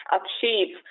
achieve